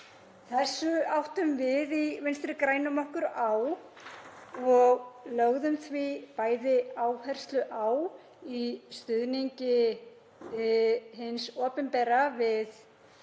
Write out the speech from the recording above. Þessu áttum við í Vinstri grænum okkur á og lögðum því bæði áherslu á það í stuðningi hins opinbera við